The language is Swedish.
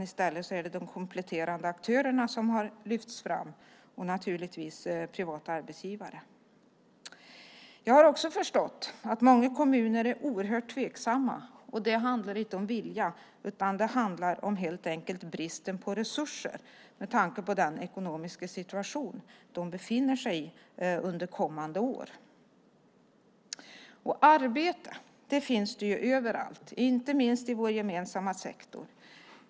I stället är det de kompletterande aktörerna som har lyfts fram, och naturligtvis privata arbetsgivare. Jag har också förstått att många kommuner är oerhört tveksamma, och det handlar inte om vilja, utan det handlar helt enkelt om bristen på resurser med tanke på den ekonomiska situation de kommer att befinna sig i under kommande år. Arbete finns det överallt, inte minst i vår gemensamma sektor.